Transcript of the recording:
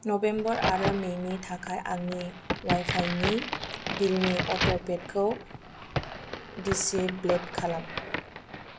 November आरो मे नि थाखाय आंनि वाइफाइ नि बिल नि अट'पे खौ दिसेबोल खालाम